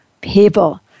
people